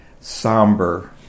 somber